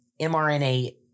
mRNA